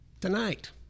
tonight